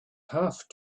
have